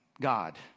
God